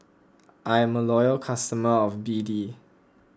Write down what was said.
I'm a loyal customer of B D